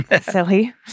Silly